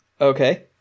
Okay